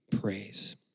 praise